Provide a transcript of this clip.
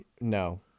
No